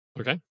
Okay